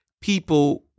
people